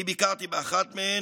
אני ביקרתי באחת מהן,